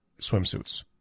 swimsuits